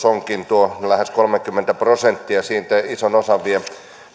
onkin sinne tuo määrärahakorotus lähes kolmekymmentä prosenttia siitä ison osan vievät